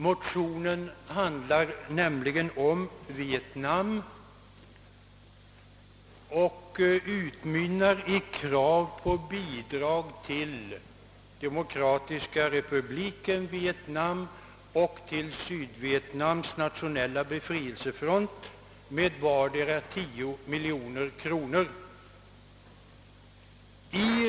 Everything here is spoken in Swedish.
Motionen handlar nämligen om Vietnam och utmynnar i krav på bidrag till demokratiska republiken Vietnam och till Sydvietnams nationella befrielsefront med 10 miljoner kronor till vardera.